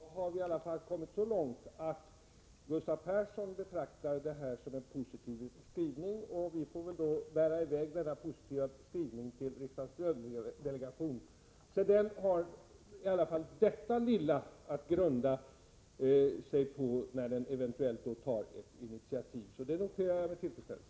Herr talman! Det är utmärkt! Då har vi i alla fall kommit så långt att Gustav Persson betraktar detta som en positiv skrivning. Då får vi väl ta med oss den positiva skrivningen till riksdagens lönedelegation, så att den har i alla fall detta lilla att grunda sig på när den eventuellt tar ett initiativ. Jag noterar detta med tillfredsställelse.